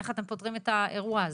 איך אתם פותרים את האירוע הזה?